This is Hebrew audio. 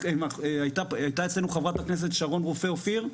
היתה אצלנו חברת הכנסת שרון רופא אופיר,